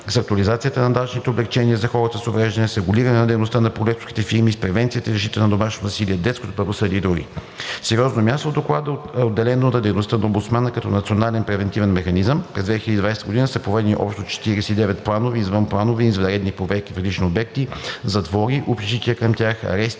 с актуализацията на данъчните облекчения за хората с увреждания, с регулиране на дейността на колекторските фирми, с превенцията и защитата от домашно насилие, детското правосъдие и др. Сериозно място в Доклада е отделено на дейността на омбудсмана като Национален превантивен механизъм (НПМ). През 2020 г. са проведени общо 49 планови, извънпланови и извънредни проверки в различни обекти: затвори и общежития към тях, арести,